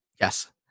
Yes